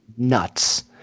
nuts